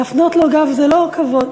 להפנות לו גב זה לא כבוד.